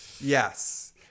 Yes